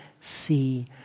see